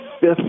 fifth